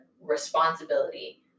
responsibility